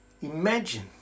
Imagine